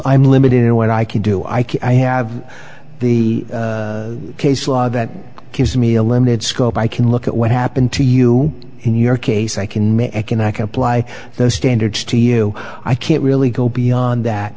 i'm limited in what i can do i can i have the case law that gives me a limited scope i can look at what happened to you in your case i can make economic apply those standards to you i can't really go beyond that